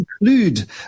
include